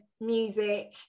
music